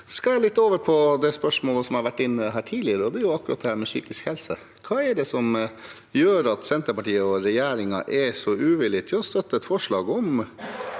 Jeg skal over til spørsmålet vi har vært inne på tidligere, og det er dette med psykisk helse. Hva er det som gjør at Senterpartiet og regjeringen er så uvillig til å støtte et forslag om